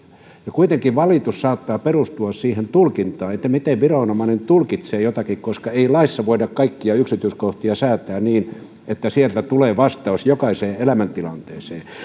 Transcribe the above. kuitenkin valitus saattaa perustua siihen tulkintaan miten viranomainen tulkitsee jotakin koska ei laissa voida kaikkia yksityiskohtia säätää niin että sieltä tulee vastaus jokaiseen elämäntilanteeseen